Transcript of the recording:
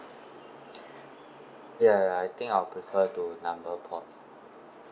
ya ya I think I'll prefer to number port